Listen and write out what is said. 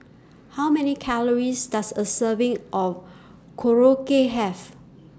How Many Calories Does A Serving of Korokke Have